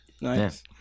Nice